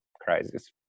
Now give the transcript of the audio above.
crisis